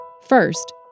First